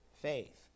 faith